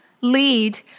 lead